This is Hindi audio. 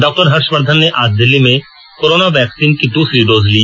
डॉ हर्षवर्द्वन ने आज दिल्ली में कोरोना वैक्सीन की दूसरी डोज ली